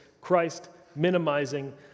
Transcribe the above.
Christ-minimizing